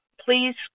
please